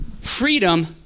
freedom